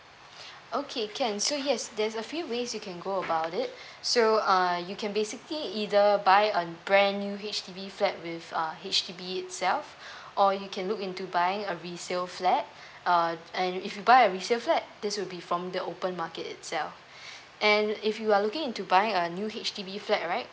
okay can so yes there's a few ways you can go about it so uh you can basically either buy a brand new H_D_B flat with uh H_D_B itself or you can look into buying a resale flat uh and if you buy resale flat this will be from the open market itself and if you are looking into buying a new H_D_B flat right